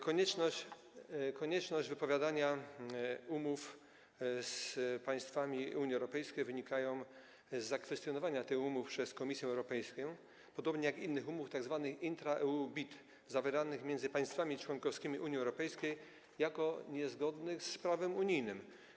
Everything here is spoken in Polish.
Konieczność wypowiadania umów z państwami Unii Europejskiej wynika z zakwestionowania tych umów przez Komisję Europejską, podobnie jak innych umów, tzw. intra-EU BIT, zawieranych między państwami członkowskimi Unii Europejskiej, jako niezgodnych z prawem unijnym.